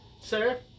sir